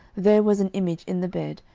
there was an image in the bed,